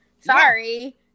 sorry